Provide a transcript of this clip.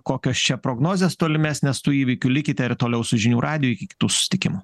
kokios čia prognozės tolimesnės tų įvykių likite ir toliau su žinių radijui iki kitų susitikimų